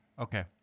Okay